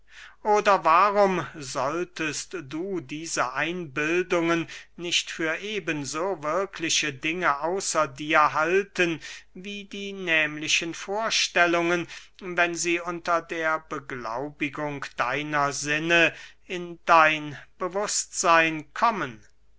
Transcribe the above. oder warum solltest du diese einbildungen nicht für eben so wirkliche dinge außer dir halten wie die nehmlichen vorstellungen wenn sie unter der beglaubigung deiner sinne in dein bewußtseyn kommen